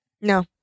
No